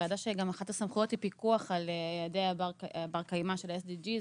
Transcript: ועדה שגם אחת הסמכויות היא פיקוח על יעדי הבר-קיימא של ה-SDGs,